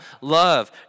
love